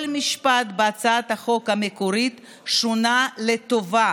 כל משפט בהצעת החוק המקורית שונה לטובה,